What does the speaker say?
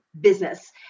business